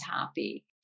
happy